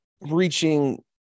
reaching